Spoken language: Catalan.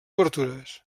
obertures